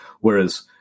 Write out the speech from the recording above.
Whereas